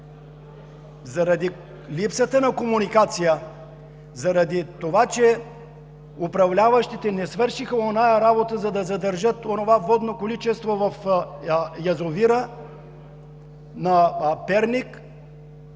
Заради липсата на комуникация, заради това, че управляващите не свършиха онази работа, за да задържат водното количество в язовира на Перник,